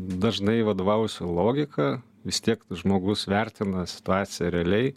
dažnai vadovaujuosi logika vis tiek tas žmogus vertina situaciją realiai